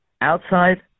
outside